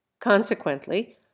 Consequently